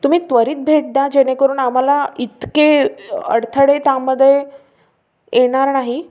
तुम्ही त्वरित भेट द्या जेणेकरून आम्हाला इतके अडथळे त्यामध्ये येणार नाही